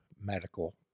medical